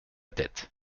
tête